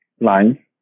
line